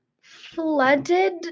flooded